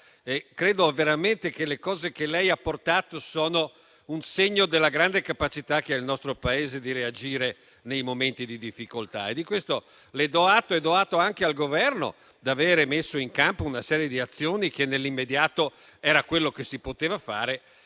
Credo veramente che quanto ci ha detto oggi sia un segno della grande capacità del nostro Paese di reagire nei momenti di difficoltà; di questo le do atto, come do atto al Governo da aver messo in campo una serie di azioni che nell'immediato era quello che si poteva fare.